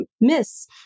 miss